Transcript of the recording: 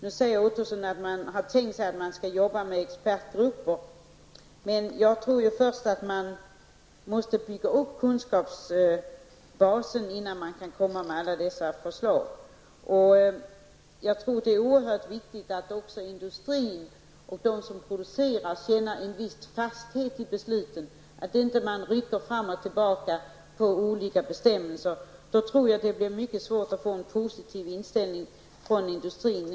Roy Ottosson säger att man har tänkt sig att jobba med expertgrupper. Men jag tror att man först måste bygga upp kunskapsbaser innan man kan komma med dessa förslag. Det är oerhört viktigt att också industrin och de som producerar känner en viss fasthet i besluten. Man kan inte rycka olika bestämmelser fram och tillbaka. Då tror jag att det blir mycket svårt att få en positiv inställning från industrin.